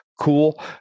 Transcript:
Cool